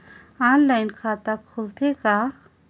Online खाता भी खुलथे का?